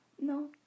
No